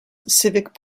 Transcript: civic